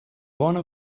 bona